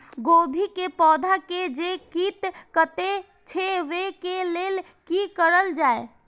गोभी के पौधा के जे कीट कटे छे वे के लेल की करल जाय?